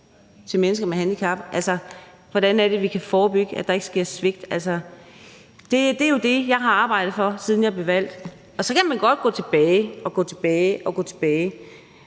til mennesker med handicap? Hvordan kan vi forebygge, at der sker svigt? Det er jo det, jeg har arbejdet for, siden jeg blev valgt. Så kan man godt gå tilbage og gå yderligere tilbage,